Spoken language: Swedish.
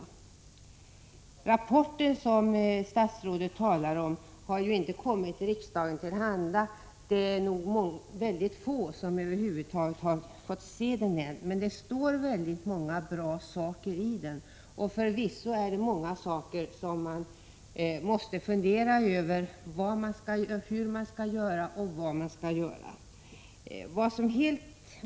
Den rapport som statsrådet talar om har inte kommit riksdagen till handa, och det är nog väldigt få som över huvud taget har fått se den än. Men det står många bra saker i den, och förvisso är det mycket man måste fundera över, vad man skall göra och hur man skall göra det.